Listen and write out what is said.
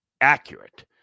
accurate